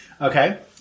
Okay